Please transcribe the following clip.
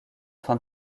fin